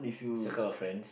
circle of friends